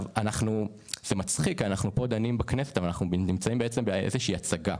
זה מצחיק, אבל אנחנו נמצאים באיזו שהיא הצגה.